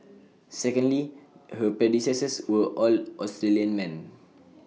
secondly her predecessors were all Australian men